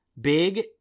Big